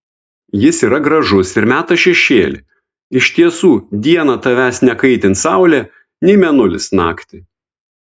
jis yra gražus ir meta šešėlį iš tiesų dieną tavęs nekaitins saulė nei mėnulis naktį